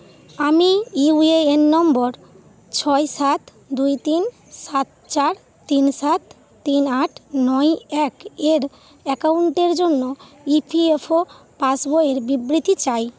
আমি U A N number ছয় সাত দুই তিন সাত চার তিন সাত তিন আট নয় এক এর অ্যাকাউন্টের জন্য ই পি এফ ও পাসবইয়ের বিবৃতি চাই